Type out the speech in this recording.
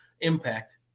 impact